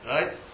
Right